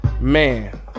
man